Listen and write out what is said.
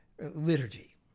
liturgy